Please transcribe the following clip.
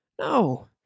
No